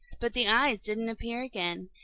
but the eyes didn't appear again,